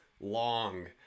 long